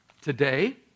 Today